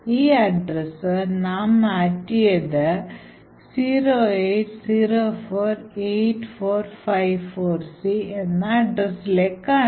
ഈ അഡ്രസ്സ് നാം മാറ്റിയത് 08048454C അഡ്രസ്സിലേക്ക് ആണ്